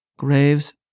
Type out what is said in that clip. Graves